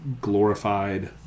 glorified